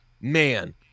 man